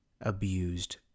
abused